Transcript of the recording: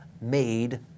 made